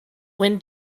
when